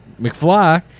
McFly